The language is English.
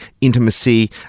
intimacy